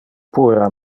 puera